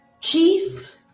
Keith